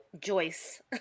Joyce